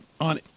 on